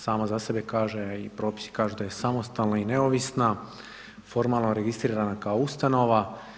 Sama za sebe kaže i propisi kažu da je samostalna i neovisna, formalno registrirana kao ustanova.